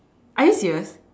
are you serious